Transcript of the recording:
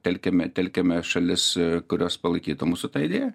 telkiame telkiame šalis kurios palaikytų mūsų tą idėją